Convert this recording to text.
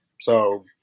So-